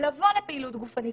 לבוא לפעילות גופנית,